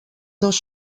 dos